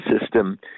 system